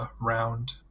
Round